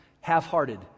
half-hearted